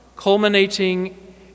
culminating